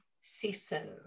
season